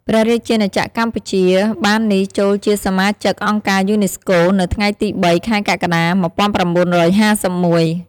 ព្រះរាជាណាចក្រកម្ពុជាបាននេះចូលជាសមាជិកអង្គការយូណេស្កូ នៅថ្ងៃទី៣ ខែកក្កដា ១៩៥១។